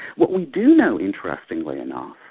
what we do know interestingly enough,